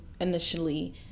initially